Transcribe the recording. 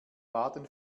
baden